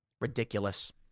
Ridiculous